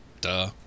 Duh